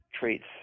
traits